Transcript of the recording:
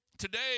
today